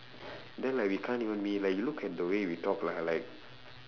then like we can't even meet like you look at the way we talk lah like